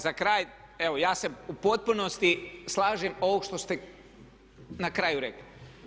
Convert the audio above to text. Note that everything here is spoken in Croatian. Za kraj evo ja se u potpunosti slažem ovo što ste na kraju rekli.